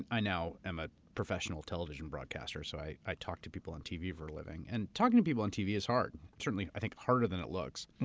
i now am a professional television broadcaster. so, i i talk to people on tv for a living. and talking to people on tv is hard. certainly, i think harder than it looks.